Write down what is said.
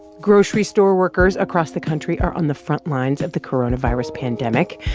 grocery store workers across the country are on the front lines of the coronavirus pandemic.